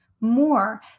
more